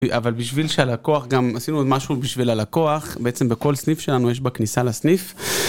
אבל בשביל שהלקוח, גם עשינו עוד משהו בשביל הלקוח, בעצם בכל סניף שלנו יש בכניסה לסניף